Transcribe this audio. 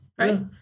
right